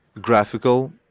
graphical